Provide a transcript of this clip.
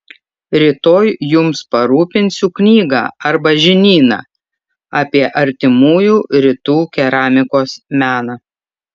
rytoj jums parūpinsiu knygą arba žinyną apie artimųjų rytų keramikos meną